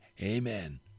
Amen